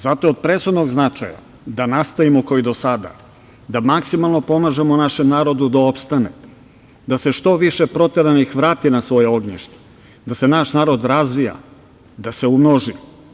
Zato je od presudnog značaja da nastavimo kao i do sada da maksimalno pomažemo našem narodu da opstane, da se što više proteranih vrati na svoja ognjišta, da se naš narod razvija, da se umnoži.